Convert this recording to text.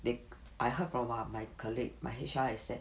they I heard from my colleague my H_R is that